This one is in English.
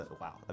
Wow